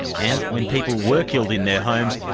and when people were killed in their homes,